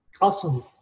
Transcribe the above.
Awesome